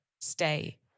stay